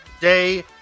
day